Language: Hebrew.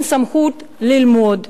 אין סמכות ללמוד.